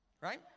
right